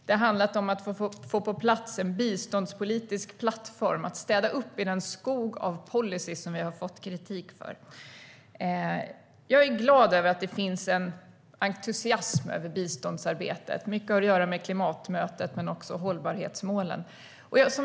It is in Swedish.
Det har handlat om att få på plats en biståndspolitisk plattform, att städa upp i den skog av policyer som har kritiserats. Jag är glad över att det finns en entusiasm över biståndsarbetet. Mycket har att göra med klimatmötet och hållbarhetsmålen.